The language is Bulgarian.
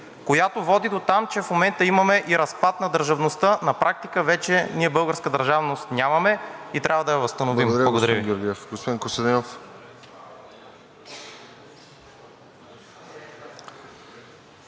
която води дотам, че в момента имаме и разпад на държавността. На практика ние вече българска държавност нямаме и трябва да я възстановим. ПРЕДСЕДАТЕЛ